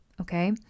okay